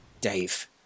Dave